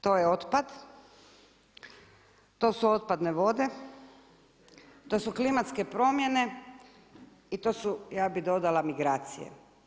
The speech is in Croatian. To je otpad, to su otpadne vode, to su klimatske promjene i to su ja bih dodala migracije.